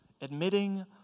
admitting